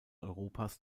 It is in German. europas